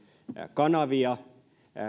kanavia